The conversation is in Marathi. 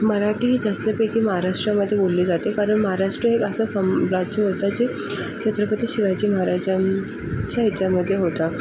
मराठी ही जास्तपैकी महाराष्ट्रामध्ये बोलली जाते कारण महाराष्ट्र हे असं सं राज्य होतं जे छत्रपती शिवाजी महाराजांचे ह्याचामध्ये होता